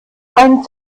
einen